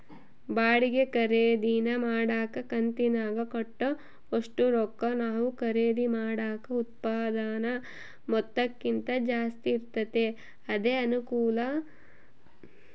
ಬಾಡಿಗೆ ಖರೀದಿನ ಮಾಡಕ ಕಂತಿನಾಗ ಕಟ್ಟೋ ಒಷ್ಟು ರೊಕ್ಕ ನಾವು ಖರೀದಿ ಮಾಡಿದ ಉತ್ಪನ್ನುದ ಮೊತ್ತಕ್ಕಿಂತ ಜಾಸ್ತಿ ಇರ್ತತೆ ಅದೇ ಅನಾನುಕೂಲ